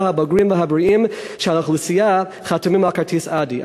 הבוגרים והבריאים של האוכלוסייה חתומים על כרטיס "אדי".